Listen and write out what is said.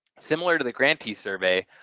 similar to the grantee survey,